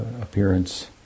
appearance